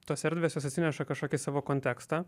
tos erdvės jos atsineša kažkokį savo kontekstą